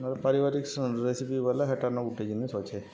ଆମର୍ ପାରିବାରିକ ରେସିପି ବଲେ ହେଟା ନ ଗୋଟେ ଜିନିଷ ଅଛେ